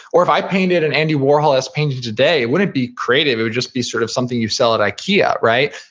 or if i painted an andy warhol as painted today, it wouldn't be creative, it would just be sort of something you sell at ikea, right?